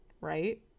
Right